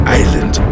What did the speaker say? island